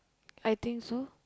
I think so